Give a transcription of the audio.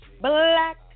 Black